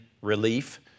relief